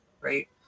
right